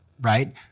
Right